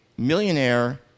Millionaire